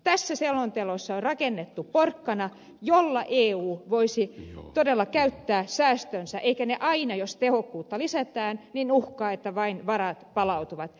tässä selonteossa on rakennettu porkkana jolla eu voisi todella käyttää säästönsä eikä aina käy niin että jos tehokkuutta lisätään syntyy uhka että vain varat palautuvat